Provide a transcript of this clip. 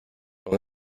con